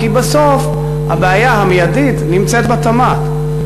כי בסוף הבעיה המיידית נמצאת בתמ"ת.